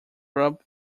grub